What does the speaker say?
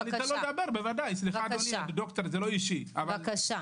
אתן לו לדבר - זה לא אישי אדוני.